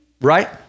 right